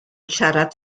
siarad